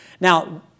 Now